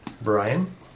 Brian